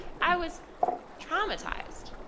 i was traumatized.